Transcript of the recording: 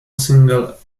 single